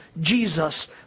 Jesus